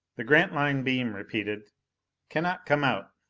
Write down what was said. the grantline beam repeated cannot come out.